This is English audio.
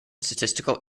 statistical